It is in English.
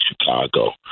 Chicago